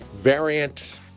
variant